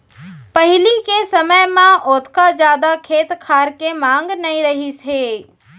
पहिली के समय म ओतका जादा खेत खार के मांग नइ रहिस हे